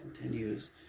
continues